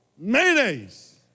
Mayonnaise